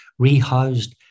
rehoused